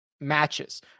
matches